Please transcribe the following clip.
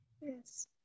Yes